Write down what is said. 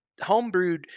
homebrewed